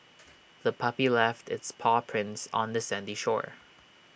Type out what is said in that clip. the puppy left its paw prints on the sandy shore